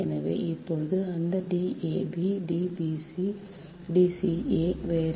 எனவே இப்போது அந்த D a b D b c D c a வேறு